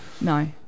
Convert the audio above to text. no